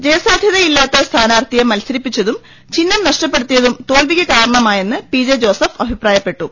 ജയസാധ്യതയില്ലാത്ത സ്ഥാനാർത്ഥിയെ മത്സരിപ്പിച്ചതും ചിഹ്നം നഷ്ടപ്പെടുത്തിയതും തോൽവിക്ക് കാരണമായെന്ന് പി ജെ ജോസഫ് അഭിപ്രായപ്പെട്ടു